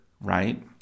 right